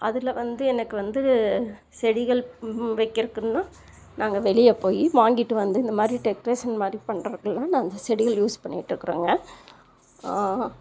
அதில் வந்து எனக்கு வந்து செடிகள் வைக்கிறக்குதுன்னா நாங்கள் வெளியே போயி வாங்கிட்டு வந்து இந்த மாதிரி டெக்கரேஷன் மாதிரி பண்ணுறதுலாம் நான் அந்த செடிகள் யூஸ் பண்ணிட்டிருக்கறோங்க